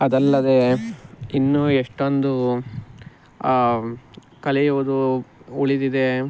ಅದಲ್ಲದೆ ಇನ್ನೂ ಎಷ್ಟೊಂದು ಕಲಿಯುವುದು ಉಳಿದಿದೆ